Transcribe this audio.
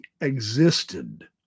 existed